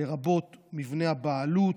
לרבות מבנה הבעלות,